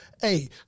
Hey